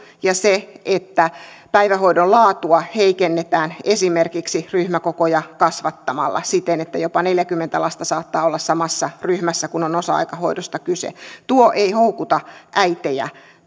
ja se että päivähoidon laatua heikennetään esimerkiksi ryhmäkokoja kasvattamalla siten että jopa neljäkymmentä lasta saattaa olla samassa ryhmässä kun on osa aikahoidosta kyse tuo ei houkuta äitejä